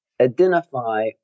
identify